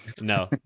No